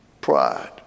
pride